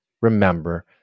remember